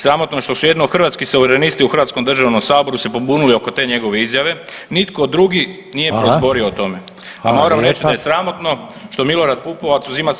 Sramotno je što su jedino Hrvatski suverenisti u Hrvatskom državnom saboru se pobunili oko te njegove izjave, nitko drugi nije prozborio o tome [[Upadica Reiner: hvala.]] Moram reći da je sramotno što Milorad Pupovac uzima sebi